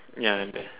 ya that's bad